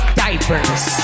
diapers